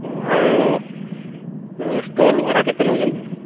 ହଁ ଆଉ ସ୍ଟଲ୍ ଭଡ଼ା କେତେ ନେଉଛନ୍ତି